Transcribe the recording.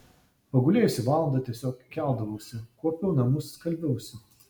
pagulėjusi valandą tiesiog keldavausi kuopiau namus skalbiausi